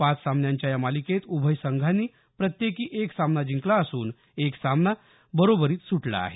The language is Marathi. पाच सामन्यांच्या या मालिकेत उभय संघांनी प्रत्येकी एक सामना जिंकला असून एक सामना बरोबरीत सुटला आहे